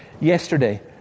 yesterday